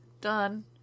done